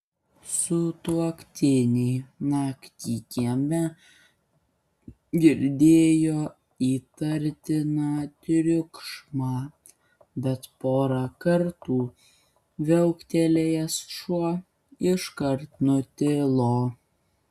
sutuoktiniai naktį kieme girdėjo įtartiną triukšmą bet porą kartų viauktelėjęs šuo iškart nutilo